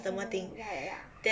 mm ya ya ya